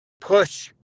Push